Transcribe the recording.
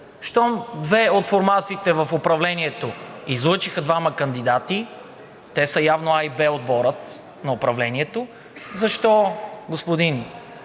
щом две от формациите в управлението излъчиха двама кандидати, те са явно А и В отборът на управлението, защо, господин